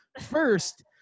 first